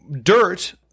Dirt